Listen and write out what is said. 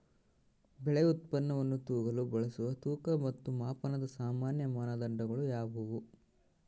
ಬೆಳೆ ಉತ್ಪನ್ನವನ್ನು ತೂಗಲು ಬಳಸುವ ತೂಕ ಮತ್ತು ಮಾಪನದ ಸಾಮಾನ್ಯ ಮಾನದಂಡಗಳು ಯಾವುವು?